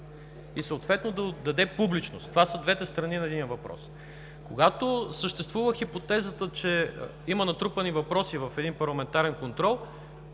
и съответно да даде публичност. Това са двете страни на единия въпрос. Когато съществува хипотезата, че има натрупани въпроси в един парламентарен контрол,